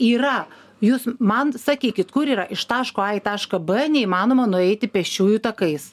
yra jūs man sakykit kur yra iš taško į tašką b neįmanoma nueiti pėsčiųjų takais